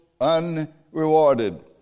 unrewarded